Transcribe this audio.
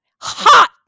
hot